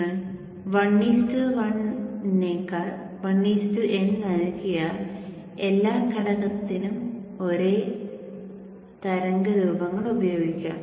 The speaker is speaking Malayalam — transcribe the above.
നിങ്ങൾ 1 1 നേക്കാൾ 1 N നൽകിയാൽ എല്ലാ ഘടകത്തിനും ഒരേ തരംഗ രൂപങ്ങൾ ഉപയോഗിക്കാം